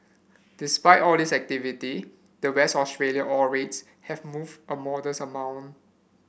despite all this activity the West Australia ore rates have moved a modest amount